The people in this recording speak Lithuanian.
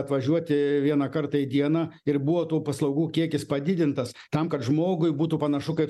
atvažiuoti vieną kartą į dieną ir buvo to paslaugų kiekis padidintas tam kad žmogui būtų panašu kaip